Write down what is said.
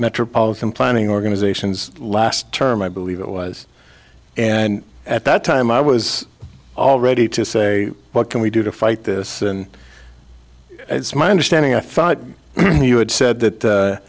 metropolitan planning organizations last term i believe it was and at that time i was already to say what can we do to fight this and it's my understanding i thought you had said that